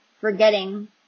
Forgetting